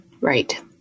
Right